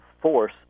force